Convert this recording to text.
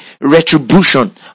retribution